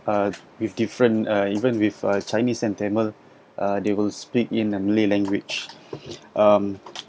uh with different uh even with chinese and tamil uh they will speak in a malay language um